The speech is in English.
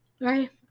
right